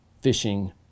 fishing